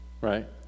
Right